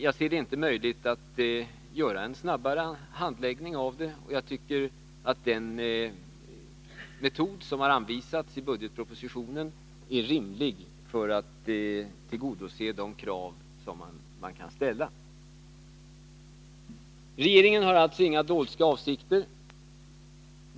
Jag ser inte att det är möjligt att göra en snabbare handläggning, och jag tycker att den metod som har anvisats i budgetpropositionen för att tillgodose de krav som kan ställas är rimlig. Regeringen har alltså inga dolska avsikter.